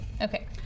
Okay